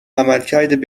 عملکرد